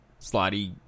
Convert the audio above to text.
Slotty